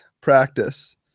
practice